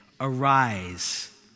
arise